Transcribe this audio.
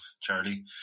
Charlie